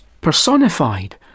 personified